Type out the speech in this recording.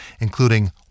including